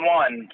one